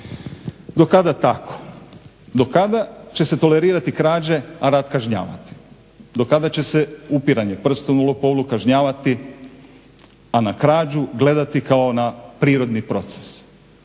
Do kata tako? Do kada će se tolerirati krađe, a rad kažnjavati? Do kada će se upiranje prstom u lopovluku kažnjavati, a na krađu gledati kao na prirodni proces.